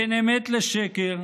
בין אמת לשקר,